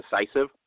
decisive